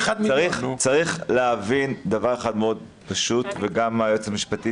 צריך להבין דבר אחד מאוד פשוט וגם היועצת המשפטית